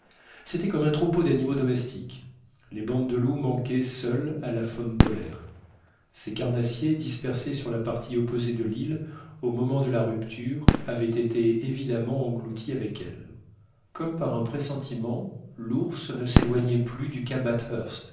c'était comme un troupeau d'animaux domestiques les bandes de loups manquaient seules à la faune polaire ces carnassiers dispersés sur la partie opposée de l'île au moment de la rupture avaient été évidemment engloutis avec elle comme par un pressentiment l'ours ne s'éloignait plus du